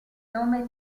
nome